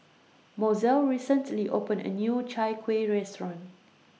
Mozell recently opened A New Chai Kueh Restaurant